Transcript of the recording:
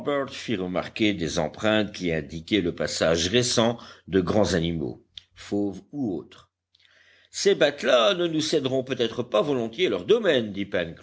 remarquer des empreintes qui indiquaient le passage récent de grands animaux fauves ou autres ces bêtes-là ne nous céderont peut-être pas volontiers leur domaine